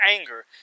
anger